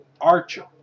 Archer